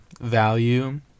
value